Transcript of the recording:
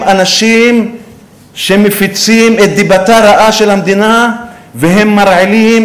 הם אנשים שמפיצים את דיבתה של המדינה רעה והם מרעילים